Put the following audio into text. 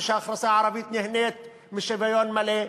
שהאוכלוסייה הערבית נהנית משוויון מלא.